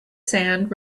sand